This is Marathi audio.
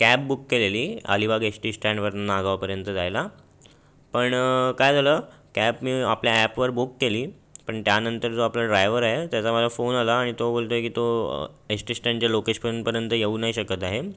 कॅब बुक केलेली अलिबाग एष्टी स्टॅन्डवरनं नागावपर्यंत जायला पण काय झालं कॅब मी आपल्या ॲपवर बुक केली पण त्यांनतर जो आपला ड्रायवर आहे त्याचा मला फोन आला आणि तो बोलतो आहे की तो एष्टी स्टॅन्डच्या लोकेशपनपर्यंत येऊ नाही शकत आहे